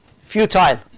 futile